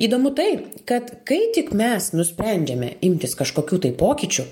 įdomu tai kad kai tik mes nusprendžiame imtis kažkokių tai pokyčių